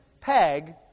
peg